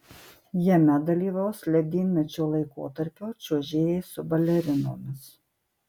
jame dalyvaus ledynmečio laikotarpio čiuožėjai su balerinomis